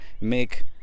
make